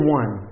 one